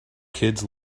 kids